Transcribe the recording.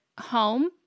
home